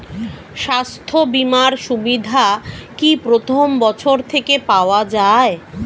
স্বাস্থ্য বীমার সুবিধা কি প্রথম বছর থেকে পাওয়া যায়?